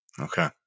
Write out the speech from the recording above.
Okay